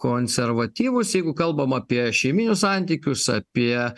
konservatyvūs jeigu kalbam apie šeiminius santykius apie